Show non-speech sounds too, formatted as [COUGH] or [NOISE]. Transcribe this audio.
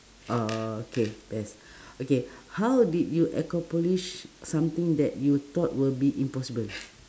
okay yes it's okay [BREATH] how did you accomplish something that you thought will be impossible